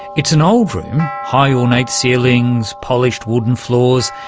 it's an old room, high ornate ceilings, polished wooden floors,